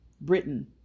Britain